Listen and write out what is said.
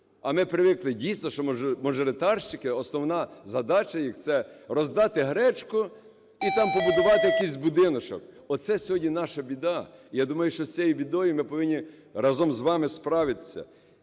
а ми привикли, дійсно, що мажоритарщики, основна задача їх – це роздати гречку і там побудувати якийсь будиночок. Оце сьогодні наша біда. І, я думаю, що з цією бідою ми повинні разом з вами справитись.